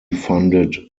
funded